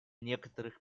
некоторых